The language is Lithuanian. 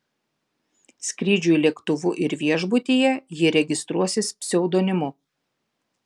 skrydžiui lėktuvu ir viešbutyje ji registruosis pseudonimu